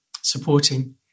supporting